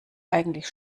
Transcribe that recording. eigentlich